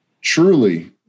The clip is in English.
Truly